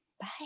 bye